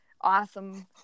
awesome